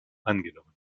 angenommen